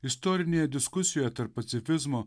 istorinėje diskusijoje tarp pacifizmo